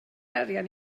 arian